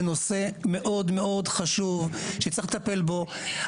זה נושא מאוד מאוד חשוב שצריך לטפל בו.